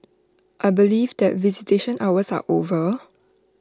I believe that visitation hours are over